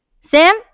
Sam